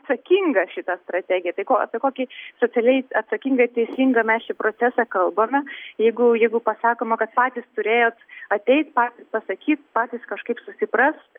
atsakinga šita strategija tai apie kokį socialiai atsakingą ir teisingą mes čia procesą kalbame jeigu jeigu pasakoma kad patys turėjot ateit patys pasakyt patys kažkaip susiprast